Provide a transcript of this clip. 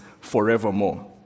forevermore